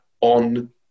on